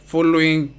Following